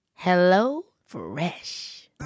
HelloFresh